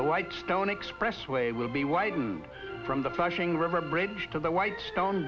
the white stone expressway will be widened from the fashing river bridge to the white stone